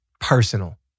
personal